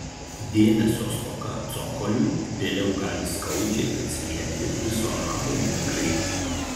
dėmesio stoka cokoliui vėliau gali skaudžiai atsiliepti viso namo būklei